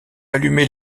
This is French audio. allumer